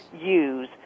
use